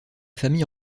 famille